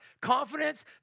Confidence